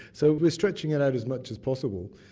so we're stretching it out as much as possible.